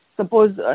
suppose